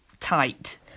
tight